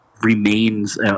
remains